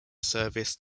service